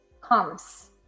comes